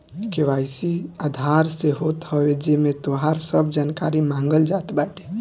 KYC Aadhaar से होत हवे जेमे तोहार सब जानकारी मांगल जात बाटे